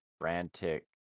frantic